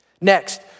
Next